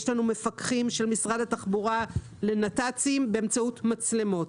יש לנו מפקחים של משרד התחבורה לנת"צים באמצעות מצלמות.